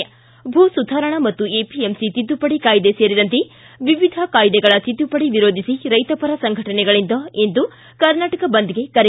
ಿ ಭೂ ಸುಧಾರಣಾ ಮತ್ತು ಎಪಿಎಂಸಿ ತಿದ್ದುಪಡಿ ಕಾಯಿದೆ ಸೇರಿದಂತೆ ವಿವಿಧ ಕಾಯ್ದೆಗಳ ತಿದ್ದುಪಡಿ ವಿರೋಧಿಸಿ ರೈತಪರ ಸಂಘಟನೆಗಳಿಂದ ಇಂದು ಕರ್ನಾಟಕ ಬಂದ್ಗೆ ಕರೆ